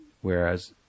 whereas